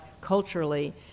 culturally